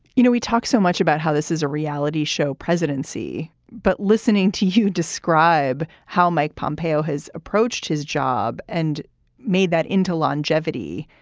you know, we talk so much about how this is a reality show presidency. but listening to you describe how mike pompeo has approached his job and made that into longevity,